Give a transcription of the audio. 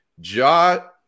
Jot